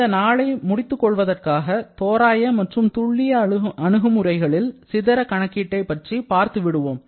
இந்த நாளை முடித்துக் கொள்வதற்காக தோராய மற்றும் துல்லிய அணுகுமுறைகளில் சிதற கணக்கீட்டை பற்றி பார்த்துவிடுவோம்